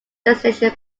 destination